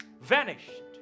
vanished